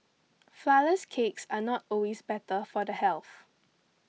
Flourless Cakes are not always better for the health